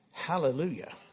Hallelujah